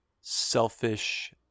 selfish